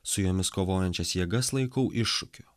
su jumis kovojančias jėgas laikau iššūkiu